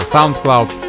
SoundCloud